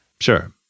Sure